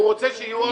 הוא רוצה שיהיו עוד.